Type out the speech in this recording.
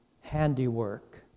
handiwork